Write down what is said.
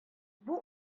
менә